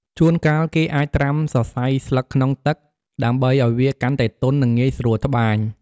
ជួនកាល គេអាច ត្រាំសរសៃស្លឹកក្នុងទឹក ដើម្បីឲ្យវាកាន់តែទន់ និងងាយស្រួលត្បាញ។